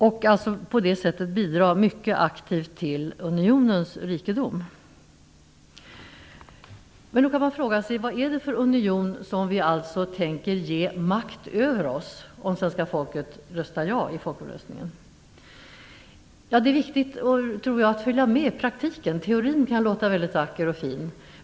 På det sättet skulle de nordiska länderna bidra mycket aktivt till unionens rikedom. Man kan fråga sig vad det är för union som vi tänker ge makt över oss, om svenska folket röstar ja i folkomröstningen. Det är viktigt att följa med i praktiken. Teorin kan låta vacker och fin.